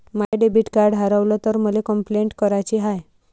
माय debit card हारवल तर मले कंपलेंट कराची हाय